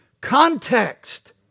context